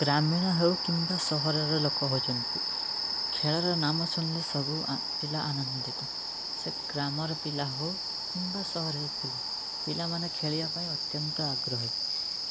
ଗ୍ରାମୀଣ ହେଉ କିମ୍ବା ସହରର ଲୋକ ହେଉଛନ୍ତି ଖେଳର ନାମ ଶୁଣିଲେ ସବୁ ଆ ପିଲା ଆନନ୍ଦିତ ସେ ଗ୍ରାମର ପିଲା ହେଉ କିମ୍ବା ସହରର ପିଲା ପିଲାମାନେ ଖେଳିବା ପାଇଁ ଅତ୍ୟନ୍ତ ଆଗ୍ରହୀ